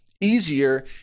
easier